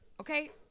okay